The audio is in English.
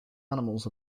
animals